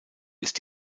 ist